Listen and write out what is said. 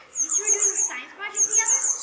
you two are doing the science project together?